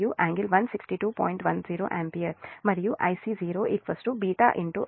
10 ampere మరియు Ic0 β Ia0 0 ampere